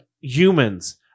humans